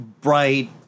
bright